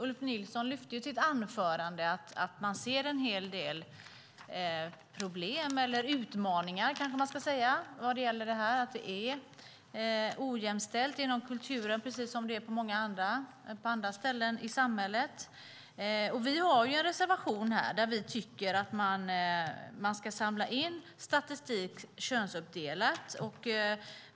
Ulf Nilsson lyfte i sitt anförande fram att man ser en hel del problem, eller man ska kanske säga utmaningar. Det är ojämställt inom kulturen precis som det är på många andra ställen i samhället. Vi har en reservation där vi tycker att man ska samla in statistik könsuppdelat.